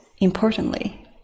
importantly